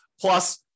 Plus